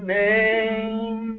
name